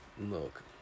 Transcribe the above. Look